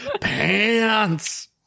pants